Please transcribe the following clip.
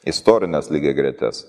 istorines lygiagretes